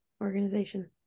organization